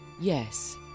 yes